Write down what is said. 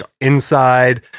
inside